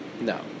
No